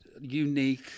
unique